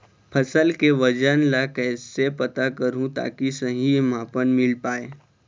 फसल के वजन ला कैसे पता करहूं ताकि सही मापन मील पाए?